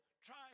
try